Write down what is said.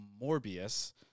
Morbius